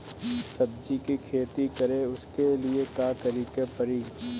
सब्जी की खेती करें उसके लिए का करिके पड़ी?